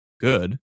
good